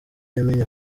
yamenye